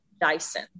Dyson